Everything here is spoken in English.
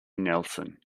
nelson